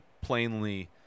plainly